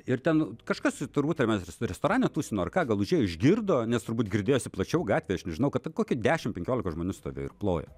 ir ten kažkas turbūt tame restorane tūsino ar ką gal užėjo išgirdo nes turbūt girdėjosi plačiau gatvėj aš nežinau kad ten koki dešimt penkiolika žmonių stovėjo ir plojo